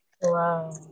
Wow